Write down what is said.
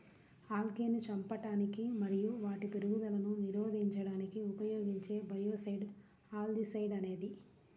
ఆల్గేను చంపడానికి మరియు వాటి పెరుగుదలను నిరోధించడానికి ఉపయోగించే బయోసైడ్ ఆల్జీసైడ్ అనేది